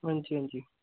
हां जी हां जी